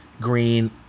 Green